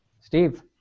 Steve